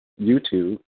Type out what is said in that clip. YouTube